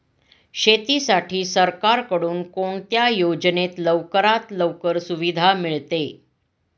शेतीसाठी सरकारकडून कोणत्या योजनेत लवकरात लवकर सुविधा मिळते?